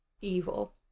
evil